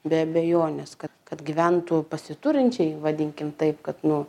be abejonės kad kad gyventų pasiturinčiai vadinkim taip kad nu